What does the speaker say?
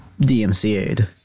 DMCA'd